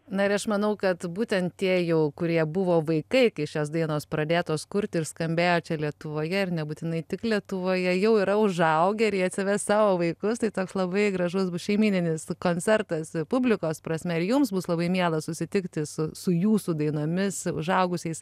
na ir aš manau kad būtent tie jau kurie buvo vaikai kai šios dainos pradėtos kurti ir skambėjo čia lietuvoje ir nebūtinai tik lietuvoje jau yra užaugę ir jie atsives savo vaikus tai toks labai gražus bus šeimyninis koncertas publikos prasme ir jums bus labai miela susitikti su su jūsų dainomis užaugusiais